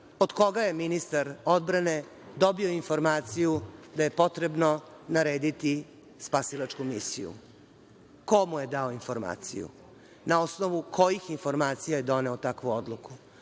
od koga je ministar odbrane dobio informaciju da je potrebno narediti spasilačku misiju? Ko mu je dao informaciju? Na osnovu kojih informacija je doneo takvu odluku?